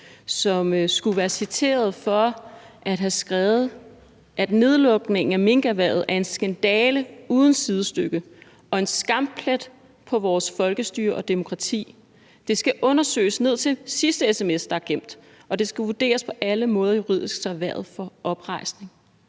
som skulle være citeret for at have skrevet: »Nedlukningen af minkerhvervet er en skandale uden sidestykke – og en skamplet på vores folkestyre og demokrati. Det skal undersøges ned til sidste sms, der er gemt, og det skal vurderes på alle måder juridisk, så erhvervet får oprejsning.«